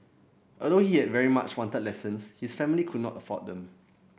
although he had very much wanted lessons his family could not afford them